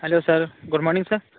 hello sir good morning sir